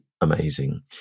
amazing